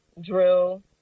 drill